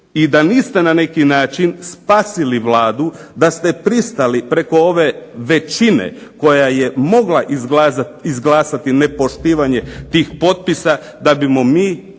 i da niste na neki način spasili Vladu, da ste pristali preko ove većine koja je mogla izglasati nepoštivanje tih potpisa da bismo